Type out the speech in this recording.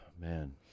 man